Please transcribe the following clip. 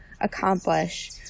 accomplish